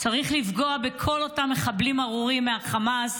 צריך לפגוע בכל אותם מחבלים ארורים מחמאס